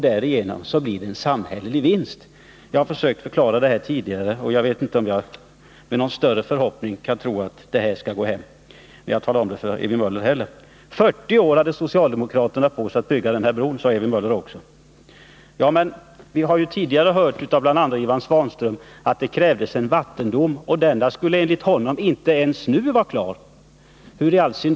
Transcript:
Därigenom blir det en samhällelig vinst. Jag har tidigare försökt förklara detta. Jag vet inte om jag med någon större förhoppning kan tro att det sagda nu har gått hem, när jag har talat om det även för Ewy Möller. 40 år hade socialdemokraterna på sig att bygga denna bro, sade Ewy Möller. Vi har tidigare hört av bl.a. Ivan Svanström att det för brobygget krävdes en vattendom. Denna är, enligt honom, inte klar ens nu.